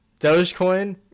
Dogecoin